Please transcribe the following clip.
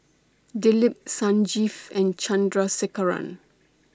Dilip Sanjeev and Chandrasekaran